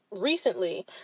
recently